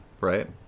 Right